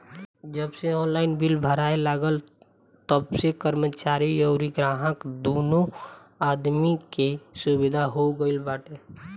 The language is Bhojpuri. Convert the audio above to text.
जबसे ऑनलाइन बिल भराए लागल तबसे कर्मचारीन अउरी ग्राहक दूनो आदमी के सुविधा हो गईल बाटे